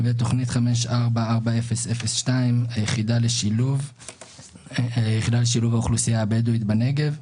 תוכנית 544002 היחידה לשילוב האוכלוסייה הבדואית בנגב,